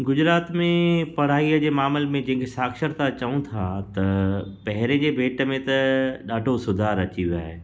गुजरात में पढ़ाईअ जे मामले में जंहिं खे साक्षरता चऊं था त पहिरीं जे भेंट में त ॾाढो सुधारु अची वियो आहे